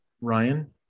ryan